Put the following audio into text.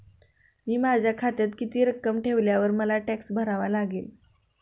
मी माझ्या खात्यात किती रक्कम ठेवल्यावर मला टॅक्स भरावा लागेल?